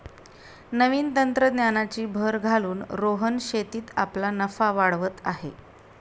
नवीन तंत्रज्ञानाची भर घालून रोहन शेतीत आपला नफा वाढवत आहे